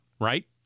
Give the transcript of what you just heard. right